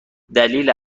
دلیل